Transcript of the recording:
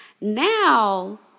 Now